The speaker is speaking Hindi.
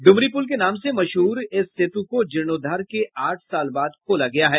डुमरी पुल के नाम से मशहूर इस सेतू को जीर्णोद्धार के आठ साल बाद खोला गया है